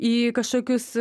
į kažkokius